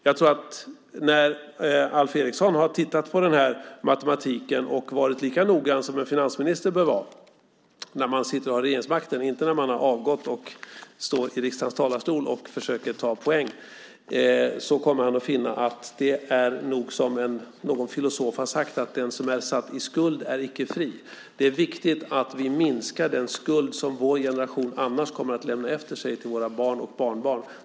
Jag tror att när Alf Eriksson har tittat på denna matematik och varit lika noggrann som en finansminister bör vara när man sitter i regeringen, inte när man har avgått och står i riksdagens talarstol och försöker ta poäng, så kommer han att finna att det nog är som någon filosof har sagt, nämligen att den som är satt i skuld är icke fri. Det är viktigt att vi minskar den skuld som vår generation annars kommer att lämna efter sig till sina barn och barnbarn.